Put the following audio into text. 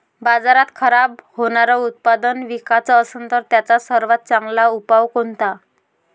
बाजारात खराब होनारं उत्पादन विकाच असन तर त्याचा सर्वात चांगला उपाव कोनता?